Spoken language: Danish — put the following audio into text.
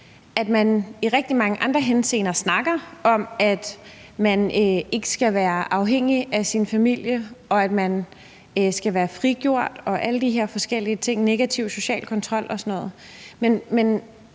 at man i rigtig mange andre henseender snakker om, at man ikke skal være afhængig af sin familie, og at man skal være frigjort og alle de her forskellige ting – negativ social kontrol og sådan noget. Men